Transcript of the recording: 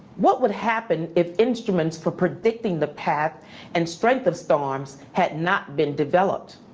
what would happen it instruments for predicting the path and strength of storms had not been developed?